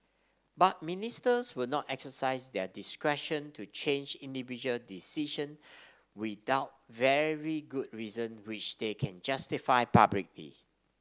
but Ministers will not exercise their discretion to change individual decision without very good reason which they can justify publicly